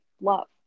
love